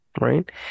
right